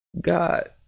God